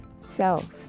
self